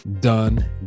done